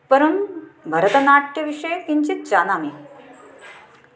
परं भरतनाट्यविषये किञ्चित् जानामि